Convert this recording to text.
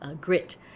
grit